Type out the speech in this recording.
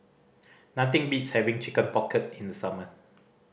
nothing beats having Chicken Pocket in summer